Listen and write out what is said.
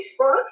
Facebook